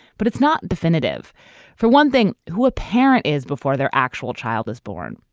but it's not definitive for one thing. who a parent is before their actual child is born.